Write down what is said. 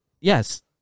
Yes